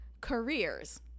careers